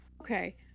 Okay